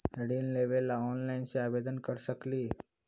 ऋण लेवे ला ऑनलाइन से आवेदन कर सकली?